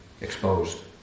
exposed